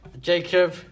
Jacob